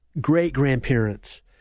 great-grandparents